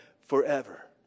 forever